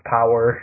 Power